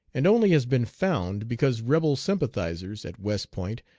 and only has been found because rebel sympathizers at west point,